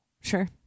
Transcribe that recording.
Sure